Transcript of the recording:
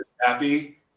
happy